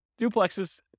duplexes